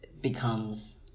becomes